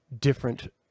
different